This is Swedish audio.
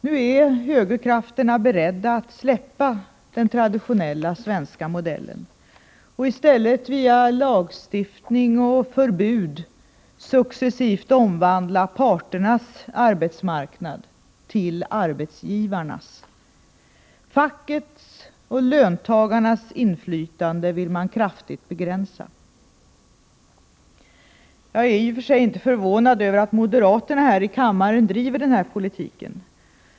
Nu är högerkrafterna beredda att släppa den traditionella ”svenska modellen” och i stället via lagstiftning och förbud successivt omvandla parternas arbetsmarknad till arbetsgivarnas. Fackets och löntagarnas inflytande vill man kraftigt begränsa. Jag är i och för sig inte förvånad över att moderaterna här i kammaren driver denna politik.